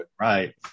Right